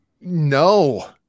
No